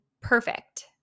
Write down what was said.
perfect